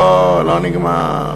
לא, לא נגמר.